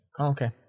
okay